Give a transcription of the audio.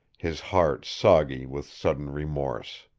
his heart soggy with sudden remorse.